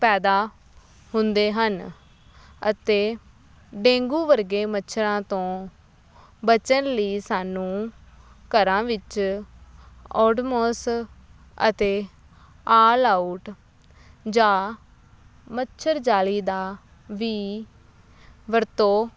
ਪੈਦਾ ਹੁੰਦੇ ਹਨ ਅਤੇ ਡੇਂਗੂ ਵਰਗੇ ਮੱਛਰਾਂ ਤੋਂ ਬਚਣ ਲਈ ਸਾਨੂੰ ਘਰਾਂ ਵਿੱਚ ਓਡਮੋਸ ਅਤੇ ਆਲ ਆਊਟ ਜਾਂ ਮੱਛਰ ਜਾਲੀ ਦਾ ਵੀ ਵਰਤੋਂ